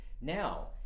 Now